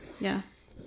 Yes